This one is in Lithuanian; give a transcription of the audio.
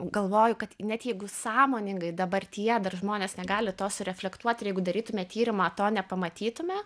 galvoju kad net jeigu sąmoningai dabartyje dar žmonės negali to sureflektuot ir jeigu darytume tyrimą to nepamatytume